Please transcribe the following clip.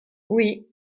oui